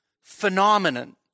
phenomenon